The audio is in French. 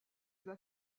vas